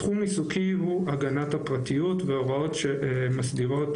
תחום עיסוקי הוא הגנת הפרטיות והוראות שמסדירות